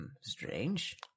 Strange